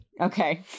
okay